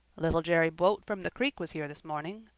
little jerry buote from the creek was here this morning,